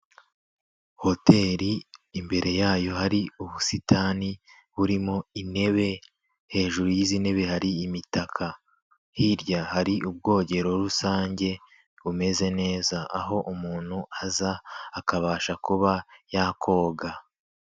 Hotel imbere yayo hari ubusitani burimo intebe hejuru y'izi ntebe hari imitaka hirya hari ubwogero rusange bumeze neza aho umuntu aza akabasha kuba yakoga.